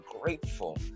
grateful